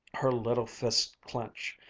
her little fists clenched,